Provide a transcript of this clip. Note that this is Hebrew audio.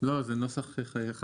אני לא רואה את הנוסח.